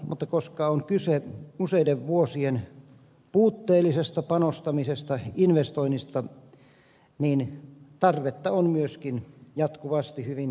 mutta koska on kyse useiden vuosien puutteellisesta panostamisesta investoinnista niin tarvetta on myöskin jatkuvasti hyvin paljon